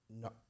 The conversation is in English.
No